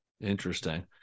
Interesting